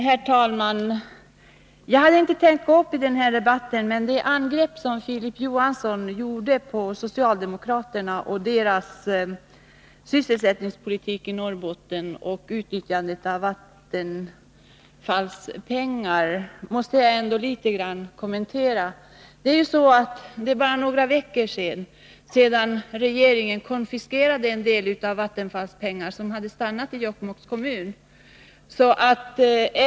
Herr talman! Egentligen hade jag inte tänkt gå upp i debatten. Men Filip Johansson riktade angrepp mot socialdemokraterna och deras sysselsättningspolitik i Norrbotten och mot utnyttjandet av Vattenfalls pengar som jag måste kommentera något. Det är ju så att det bara är några veckor sedan regeringen konfiskerade en del av Vattenfalls pengar som hade stannat i Jokkmokks kommun.